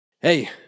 Hey